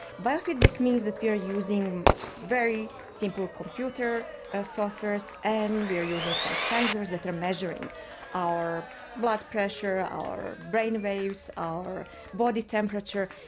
biofeedback means that we are using very simple computer ah software so and we are using some sensors that are measuring our blood pressure, our brainwaves, our body temperature,